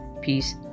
peace